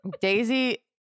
Daisy